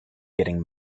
getting